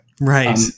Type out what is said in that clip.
Right